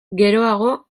geroago